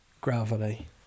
Gravity